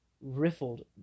riffled